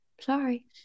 sorry